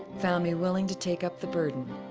found me willing to take up the burden.